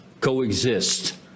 coexist